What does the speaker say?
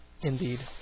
Indeed